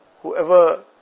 whoever